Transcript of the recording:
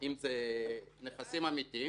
אם זה נכסים אמיתיים,